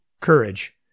courage